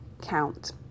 count